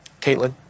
Caitlin